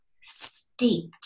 steeped